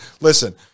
Listen